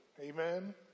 amen